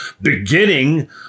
beginning